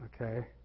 okay